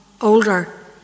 older